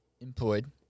employed